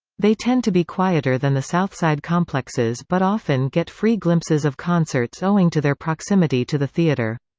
they tend to be quieter than the southside complexes but often get free glimpses of concerts owing to their proximity to the theater.